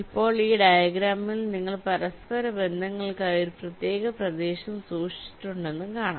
ഇപ്പോൾ ഈ ഡയഗ്രാമിൽ നിങ്ങൾ പരസ്പരബന്ധങ്ങൾക്കായി ഒരു പ്രത്യേക പ്രദേശം സൂക്ഷിച്ചിട്ടുണ്ടെന്ന് കാണാം